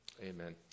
amen